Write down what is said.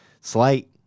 slight